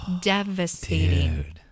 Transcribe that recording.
devastating